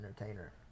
entertainer